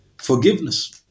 Forgiveness